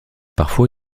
parfois